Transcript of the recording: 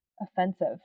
offensive